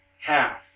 half